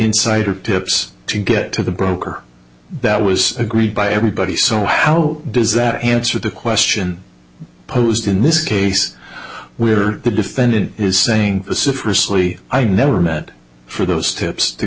insider tips to get to the broker that was agreed by everybody so how does that answer the question posed in this case where the defendant is saying this is precisely i never met for those tips to